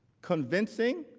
convincing,